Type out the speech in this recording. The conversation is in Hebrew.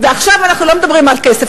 ועכשיו אנחנו לא מדברים על כסף,